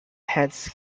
heads